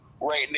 right